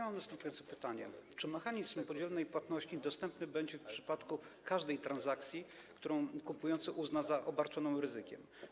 Mam następujące pytanie: Czy mechanizm podzielonej płatności dostępny będzie w przypadku każdej transakcji, którą kupujący uzna za obarczoną ryzykiem?